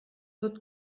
tot